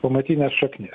pamatines šaknis